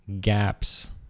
gaps